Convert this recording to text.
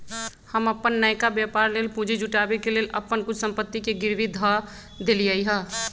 हम अप्पन नयका व्यापर लेल पूंजी जुटाबे के लेल अप्पन कुछ संपत्ति के गिरवी ध देलियइ ह